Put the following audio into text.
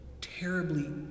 terribly